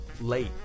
late